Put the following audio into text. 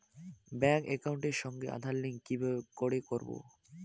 Bank একাউন্টের সঙ্গে Aadhaar link কি করে করবো?